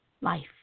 life